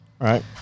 right